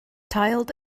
tiled